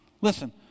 Listen